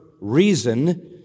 reason